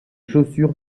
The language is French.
chaussures